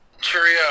Cheerio